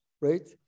right